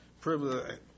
privilege